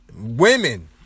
women